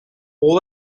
all